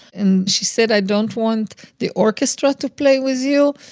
and she said, i don't want the orchestra to play with you.